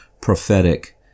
prophetic